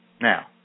Now